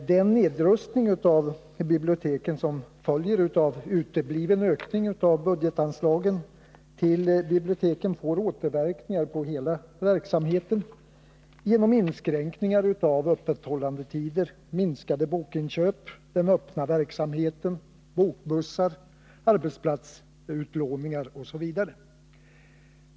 Den nedrustning av biblioteken som följer av utebliven ökning av budgetanslagen till biblioteken får återverkningar på hela verksamheten genom minskade bokinköp, inskränkningar när det gäller öppethållandetider, den öppna verksamheten, bokbussar, arbetsplatsutlåningar osv.